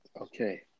Okay